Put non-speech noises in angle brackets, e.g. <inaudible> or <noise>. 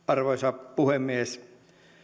<unintelligible> arvoisa puhemies